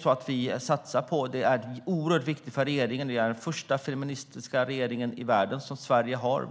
Sverige har världens första feministiska regering, och det är oerhört